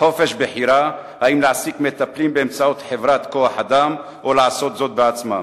חופש בחירה אם להעסיק מטפלים באמצעות חברת כוח-אדם או לעשות זאת בעצמם.